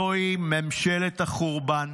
זוהי ממשלת החורבן,